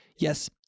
Yes